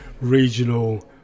regional